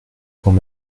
quand